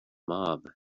mob